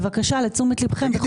לתשומת לבכם.